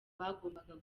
bagombaga